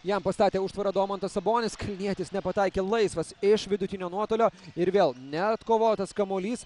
jam pastatė užtvarą domantas sabonis kalnietis nepataikė laisvas iš vidutinio nuotolio ir vėl neatkovotas kamuolys